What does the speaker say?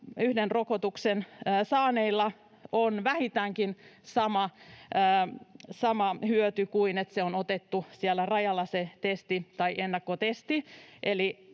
yhden rokotuksen saaneilla on vähintäänkin sama hyöty kuin sillä, että on otettu testi siellä rajalla tai on ennakkotesti,